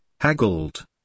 haggled